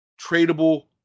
tradable